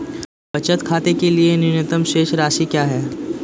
बचत खाते के लिए न्यूनतम शेष राशि क्या है?